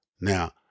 Now